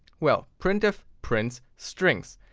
well, printf prints strings.